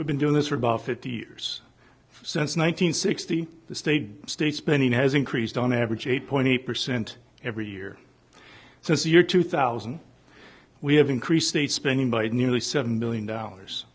we've been doing this for about fifty years since one thousand nine hundred sixty the state state spending has increased on average eight point eight percent every year since the year two thousand we have increased state spending by nearly seven billion dollars